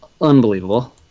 unbelievable